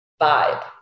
vibe